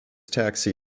taxi